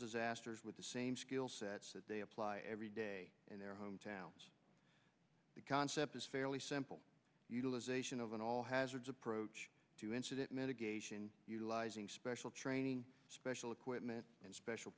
disasters with the same skill sets that they apply every day in their home towns the concept is fairly simple utilization of an all hazards approach to incident mitigation special training special equipment and special